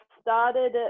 started